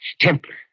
Templar